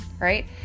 right